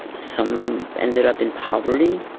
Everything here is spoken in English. some ended up in poverty.